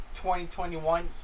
2021